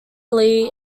lea